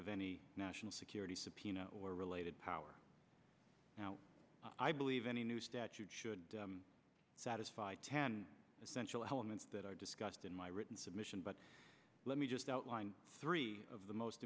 of any national security subpoena or related power now i believe any new statute should satisfy ten essential elements that are discussed in my written submission but let me just outline three of the most